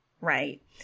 right